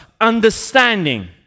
understanding